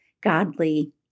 godly